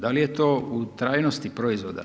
Da li je to u trajnosti proizvoda?